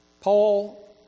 Paul